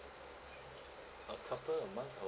like couple of months of